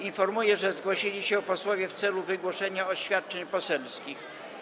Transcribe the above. Informuję, że zgłosili się posłowie w celu wygłoszenia oświadczeń poselskich.